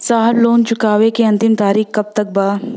साहब लोन चुकावे क अंतिम तारीख कब तक बा?